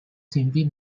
simply